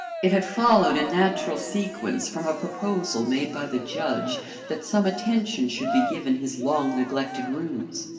it had followed in natural sequence from a proposal made by the judge that some attention should be given his long-neglected rooms.